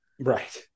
right